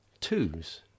twos